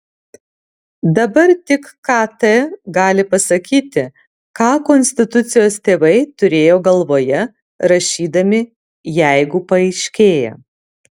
dabar tik kt gali pasakyti ką konstitucijos tėvai turėjo galvoje rašydami jeigu paaiškėja